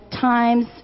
times